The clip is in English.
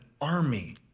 army